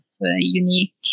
unique